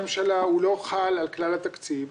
הממשלה, הוא לא חל על כלל התקציב.